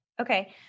Okay